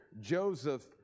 Joseph